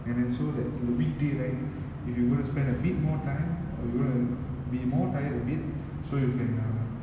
and then so that in the weekday right if you going to spend a bit more time uh you going to be more tired a bit so you can uh